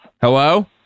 hello